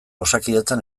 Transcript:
osakidetzan